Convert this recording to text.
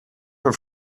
her